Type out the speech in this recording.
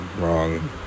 wrong